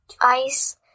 ice